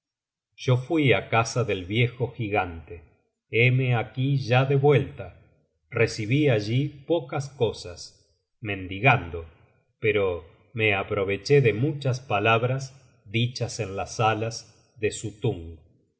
yo fui á casa del viejo gigante héme aquí ya de vuelta recibí allí pocas cosas mendigando pero me aproveché de muchas palabras dichas en las salas de suttung desde su